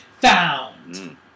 found